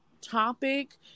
topic